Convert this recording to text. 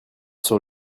sur